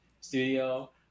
studio